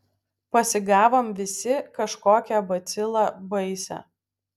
pasigavom visi kažkokią bacilą baisią